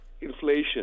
inflation